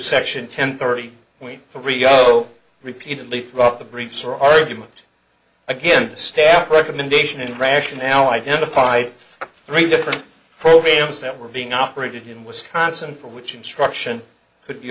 section ten thirty point three zero repeatedly throughout the briefs or argument against the staff recommendation and rationale identified three different programs that were being operated in wisconsin for which instruction could be